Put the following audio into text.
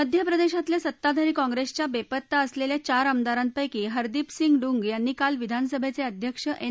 मध्यप्रदेशातल्या सत्ताधारी काँग्रेसच्या बेपत्ता असलेल्या चार आमदारांपैकी हरदीपसिंग डुंग यांनी काल विधानसभेचे अध्यक्ष एन